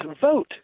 vote